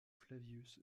flavius